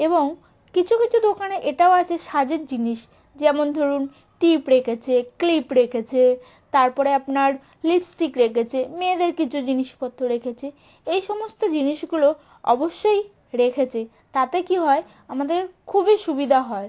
এবং কিছু কিছু দোকানে এটাও আছে সাজের জিনিস যেমন ধরুন টিপ রেখেছে ক্লিপ রেখেছে তারপরে আপনার লিপস্টিক রেখেছে মেয়েদের কিছু জিনিসপত্র রেখেছে এই সমস্ত জিনিসগুলো অবশ্যই রেখেছে তাতে কী হয় আমাদের খুবই সুবিধা হয়